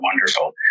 wonderful